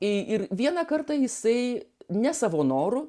ir vieną kartą jisai ne savo noru